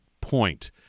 point